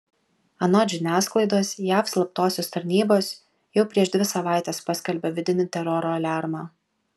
anot žiniasklaidos jav slaptosios tarnybos jau prieš dvi savaites paskelbė vidinį teroro aliarmą